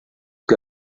que